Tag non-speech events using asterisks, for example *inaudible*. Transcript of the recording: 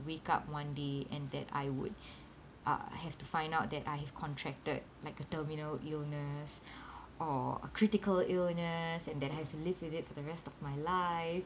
wake up one day and that I would *breath* uh have to find out that I have contracted like a terminal illness *breath* or a critical illness and then have to live with it for the rest of my life